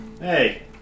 Hey